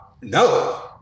No